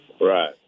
Right